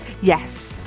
yes